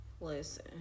Listen